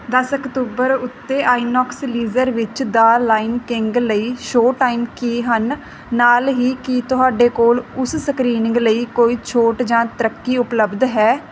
ਦਸ ਅਕਤੂਬਰ ਉੱਤੇ ਆਈਨੌਕਸ ਲੀਜ਼ਰ ਵਿਚ ਦਾ ਲਾਇਨ ਕਿੰਗ ਲਈ ਸ਼ੋਅ ਟਾਈਮ ਕੀ ਹਨ ਨਾਲ ਹੀ ਕੀ ਤੁਹਾਡੇ ਕੋਲ ਉਸ ਸਕ੍ਰੀਨਿੰਗ ਲਈ ਕੋਈ ਛੋਟ ਜਾਂ ਤਰੱਕੀ ਉਪਲੱਬਧ ਹੈ